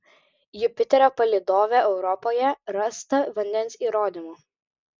jupiterio palydove europoje rasta vandens įrodymų